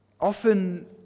often